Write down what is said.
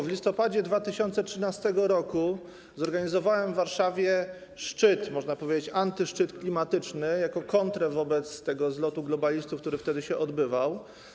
W listopadzie 2013 r. zorganizowałem w Warszawie szczyt, można powiedzieć: antyszczyt klimatyczny jako kontrę wobec tego zlotu globalistów, który wtedy się odbywał.